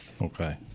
Okay